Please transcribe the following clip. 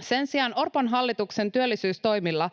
Sen sijaan Orpon hallituksen työllisyystoimilla